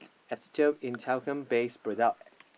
asbestos in talcum base product